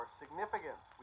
significance